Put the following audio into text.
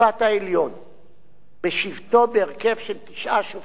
בשבתו בהרכב של תשעה שופטים לפחות,